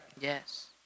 Yes